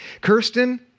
Kirsten